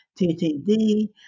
TTD